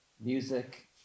music